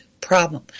problem